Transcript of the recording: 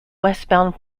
westbound